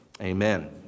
Amen